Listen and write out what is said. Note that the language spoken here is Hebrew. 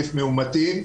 מאומתים,